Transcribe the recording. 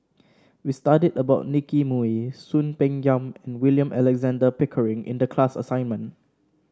we studied about Nicky Moey Soon Peng Yam and William Alexander Pickering in the class assignment